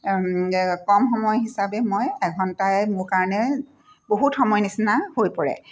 কম সময় হিচাপে মই এঘণ্টাই মোৰ কাৰণে বহুত সময় নিচিনা হৈ পৰে